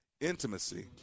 intimacy